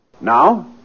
Now